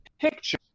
Picture